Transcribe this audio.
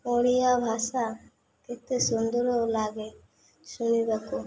ଓଡ଼ିଆ ଭାଷା କେତେ ସୁନ୍ଦର ଲାଗେ ଶୁଣିବାକୁ